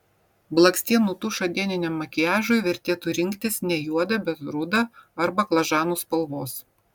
blakstienų tušą dieniniam makiažui vertėtų rinktis ne juodą bet rudą ar baklažanų spalvos